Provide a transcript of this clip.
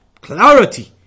clarity